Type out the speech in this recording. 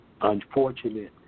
unfortunate